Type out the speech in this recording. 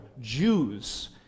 Jews